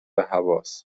هواست